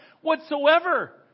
whatsoever